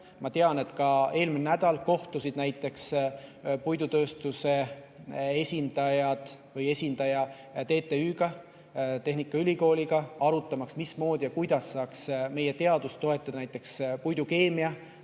Ma tean, et ka eelmisel nädalal kohtus puidutööstuse esindaja TTÜ-ga, tehnikaülikooliga, et arutada, mismoodi saaks meie teadust toetada, näiteks puidukeemia